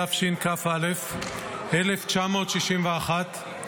התשכ"א 1961,